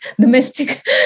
domestic